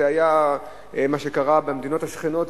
כשקרה מה שקרה במדינות השכנות,